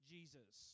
Jesus